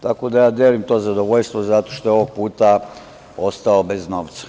Tako da, ja delim to zadovoljstvo, zato što je ovog puta ostao bez novca.